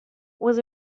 was